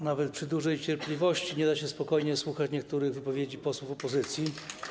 Nawet przy dużej cierpliwości nie da się spokojnie słuchać niektórych wypowiedzi posłów opozycji.